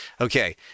okay